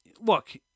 look